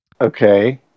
Okay